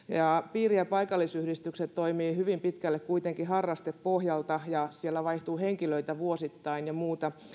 piiri ja paikallisyhdistykset toimivat hyvin pitkälle kuitenkin harrastepohjalta ja siellä vaihtuu henkilöitä vuosittain ja muuta